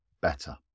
better